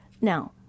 Now